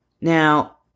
Now